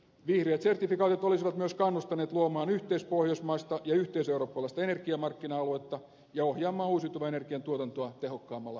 vihreät sertifikaatit olisivat myös kannustaneet luomaan yhteispohjoismaista ja yhteiseurooppalaista energiamarkkina aluetta ja ohjaamaan uusiutuvan energian tuotantoa tehokkaimmalla mahdollisella tavalla